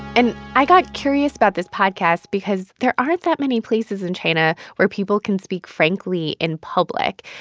and i got curious about this podcast because there aren't that many places in china where people can speak frankly in public.